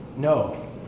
No